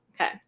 Okay